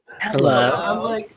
Hello